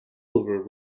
over